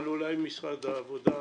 אבל אולי משרד העבודה,